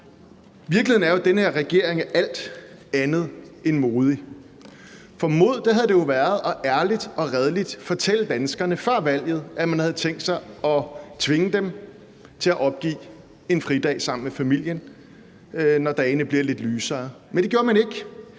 Virkeligheden er jo, at den her regering er alt andet end modig, for mod havde det været ærligt og redeligt at fortælle danskerne før valget, at man havde tænkt sig at tvinge dem til at opgive en fridag sammen med familien, når dagene bliver lidt lysere. Men det gjorde man ikke.